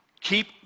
keep